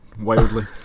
wildly